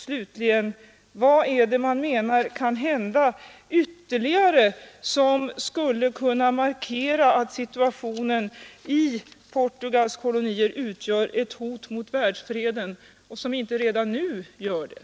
Slutligen: Vad menar man ytterligare kan hända som skulle kunna markera att situationen i Portugals kolonier utgör ett hot mot världsfreden i den mån den inte redan nu gör det?